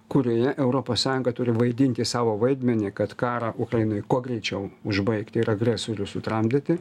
kurioje europos sąjunga turi vaidinti savo vaidmenį kad karą ukrainoj kuo greičiau užbaigti ir agresorių sutramdyti